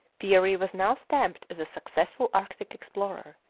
peary was now stamped as a successful arctic explorer.